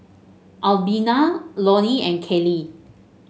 Albina Lonie and Callie